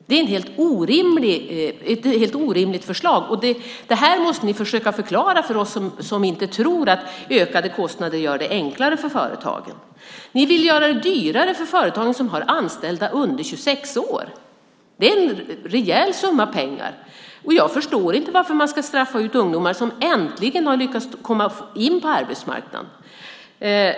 Det är ett helt orimligt förslag. Ni måste försöka förklara det för oss som inte tror att ökade kostnader gör det enklare för företagen. Ni vill göra det dyrare för de företag som har anställda under 26 år. Det är fråga om en rejäl summa pengar. Jag förstår inte varför man ska straffa ut ungdomar som äntligen lyckats komma in på arbetsmarknaden.